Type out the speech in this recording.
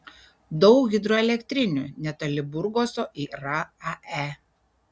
daug hidroelektrinių netoli burgoso yra ae